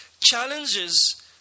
challenges